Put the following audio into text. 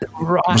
right